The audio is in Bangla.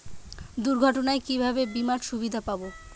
দুর্ঘটনায় কিভাবে বিমার সুবিধা পাব?